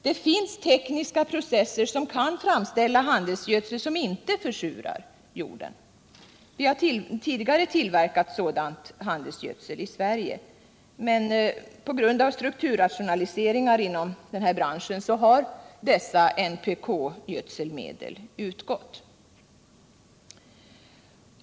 Det finns tekniska processer som kan framställa handelsgödsel som inte försurar jorden. Vi har tidigare tillverkat sådan handelsgödsel i Sverige. Men på grund av strukturrationaliseringar inom branschen har dessa NPK-gödselmedel utgått.